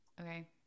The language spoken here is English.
Okay